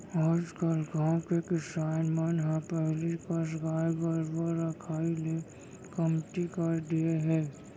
आजकल गाँव के किसान मन ह पहिली कस गाय गरूवा रखाई ल कमती कर दिये हें